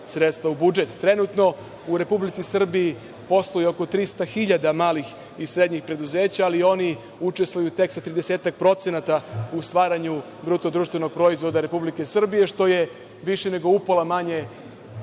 sredstva u budžet. Trenutno u Republici Srbiji posluje oko 300 hiljada malih i srednjih preduzeća, ali oni učestvuju, tek sa tridesetak procenata u stvaranju bruto društvenog proizvoda Republike Srbije, što je više nego upola manje